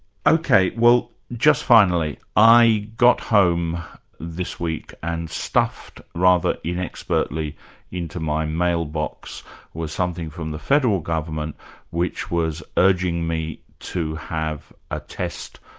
ok. well just finally. i got home this week and stuffed rather inexpertly into my mail box was something from the federal government which was urging me to have a test,